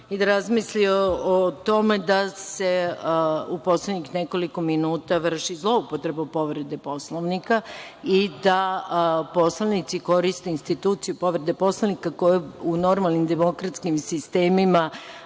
i da razmisli o tome da se u poslednjih nekoliko minuta vrši zlouptreba povrede Poslovnika i da poslanici koriste instituciju povrede Poslovnika, koja u normalnim demokratskim sistemima